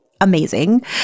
amazing